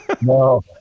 No